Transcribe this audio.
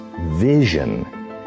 vision